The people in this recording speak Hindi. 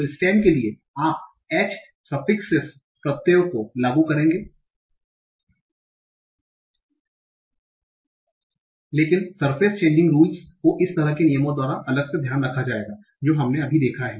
तो स्टेम के लिए आप h सफ़्फ़िक्सेस प्रत्ययों को लागू करेंगे लेकिन सरफेस चेंगिंग रुल्स को इस तरह के नियमों द्वारा अलग से ध्यान रखा जाएगा जो हमने अभी देखा है